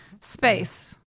Space